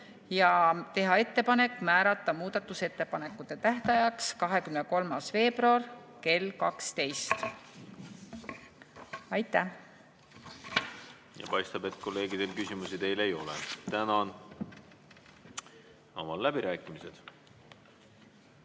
ja teha ettepanek määrata muudatusettepanekute tähtajaks 23. veebruar kell 12. Aitäh! Paistab, et kolleegidel teile küsimusi ei ole. Tänan! Avan läbirääkimised.